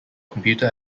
computer